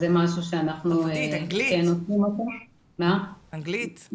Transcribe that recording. צרפתית, אנגלית,